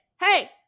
Hey